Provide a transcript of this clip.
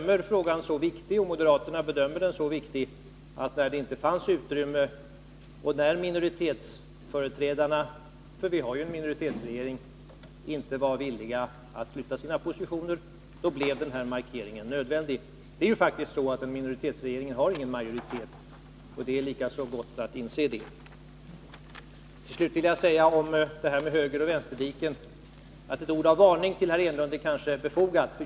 Men moderaterna bedömde frågan vara så viktig att denna markering blev nödvändig, när minoritetsföreträdarna — vi har ju en minoritetsregering — inte var villiga att flytta sina positioner. En minoritetsregering har faktiskt ingen majoritet i riksdagen — det är lika så gott att inse det. Till sist vill jag ta upp Eric Enlunds resonemang om högeroch vänsterdiken. Ett varningens ord till herr Enlund är kanske befogat.